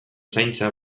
zaintza